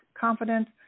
confidence